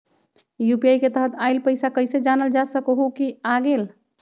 UPI के तहत आइल पैसा कईसे जानल जा सकहु की आ गेल?